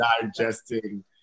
Digesting